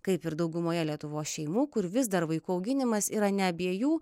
kaip ir daugumoje lietuvos šeimų kur vis dar vaikų auginimas yra ne abiejų